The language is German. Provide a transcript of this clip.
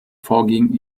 vorgehen